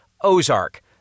Ozark